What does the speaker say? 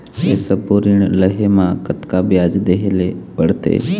ये सब्बो ऋण लहे मा कतका ब्याज देहें ले पड़ते?